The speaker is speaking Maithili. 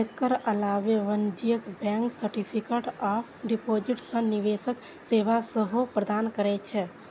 एकर अलावे वाणिज्यिक बैंक सर्टिफिकेट ऑफ डिपोजिट सन निवेश सेवा सेहो प्रदान करै छै